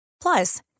Plus